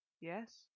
Yes